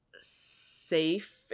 safe